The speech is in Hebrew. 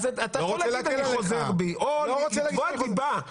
אז אתה יכול להגיד: אני חוזר בי, או לתבוע דיבה.